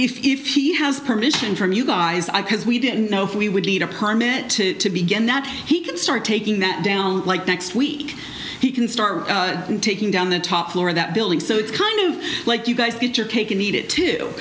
if he has permission from you guys i cause we didn't know if we would need a permit to begin that he could start taking that down like next week he can start taking down the top floor of that building so it's kind of like you guys get your cake and eat it too